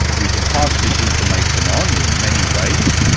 we can pass this information on in many ways,